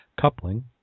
coupling